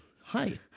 Hi